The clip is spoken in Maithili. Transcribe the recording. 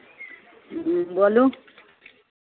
ह्म्म बोलू